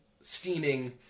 steaming